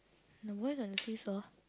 the boys on the seesaw